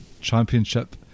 championship